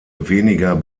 weniger